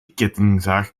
kettingzaag